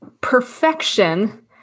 perfection